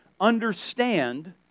understand